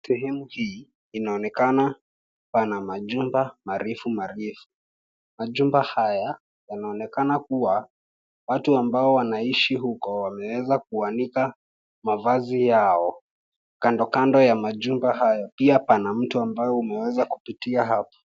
Sehemu hii inaonekana pana majumba marefu marefu, majumba haya yanaonekana kua watu ambao wanaishi huko wameweza kuanika mavazi yao kando kand ya majumba hayo pia pana ambayo umeweza kupitia hapa.